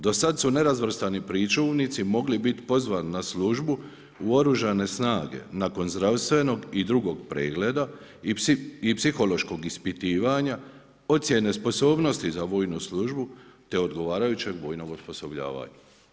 Do sad su nerazvrstani pričuvnici mogli bit pozvani na službu u Oružane snage nakon zdravstvenog i drugog pregleda i psihološkog ispitivanja, ocjene sposobnosti za vojnu službu, te odgovarajućeg vojnog osposobljavanja.